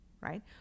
right